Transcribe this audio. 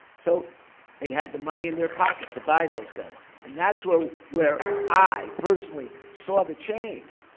so they had the money in their pocket to buy those guns, and that's where where i, personally, saw the change.